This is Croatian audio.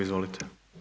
Izvolite.